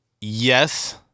yes